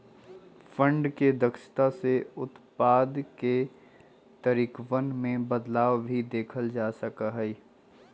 fund के दक्षता से उत्पाद के तरीकवन में बदलाव भी देखल जा हई